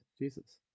Jesus